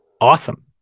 awesome